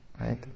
Right